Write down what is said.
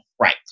Right